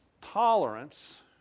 tolerance